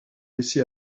laissé